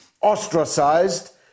ostracized